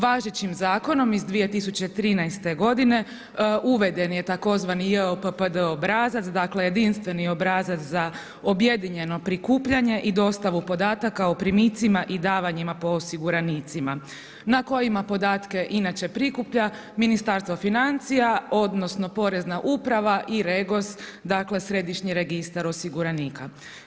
Važećim zakonom iz 2013. godine uveden je takozvani JOPPD obrazac, dakle jedinstveni obrazac za objedinjeno prikupljanje i dostavu podataka o primitcima i davanjima po osiguranicima na kojima podatke inače prikuplja Ministarstvo financija, odnosno Porezna uprava i REGOS, dakle Središnji registar osiguranika.